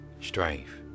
strife